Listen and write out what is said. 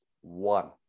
one